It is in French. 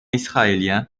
israélien